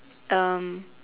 um